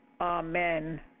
Amen